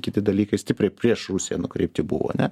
kiti dalykai stipriai prieš rusiją nukreipti buvo ane